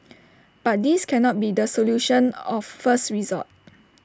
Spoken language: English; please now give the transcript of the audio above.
but this cannot be the solution of first resort